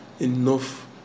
enough